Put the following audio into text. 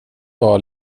var